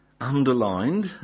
underlined